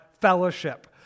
fellowship